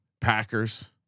Packers